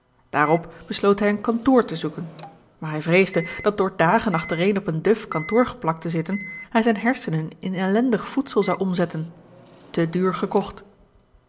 hij een kantoor te zoeken maar hij vreesde dat door dagen achtereen op een duf kantoor geplakt te zitten hij zijne hersenen in ellendig voedsel zou omzetten te duur gekocht